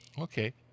Okay